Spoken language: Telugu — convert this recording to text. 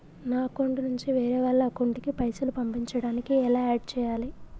నా అకౌంట్ నుంచి వేరే వాళ్ల అకౌంట్ కి పైసలు పంపించడానికి ఎలా ఆడ్ చేయాలి?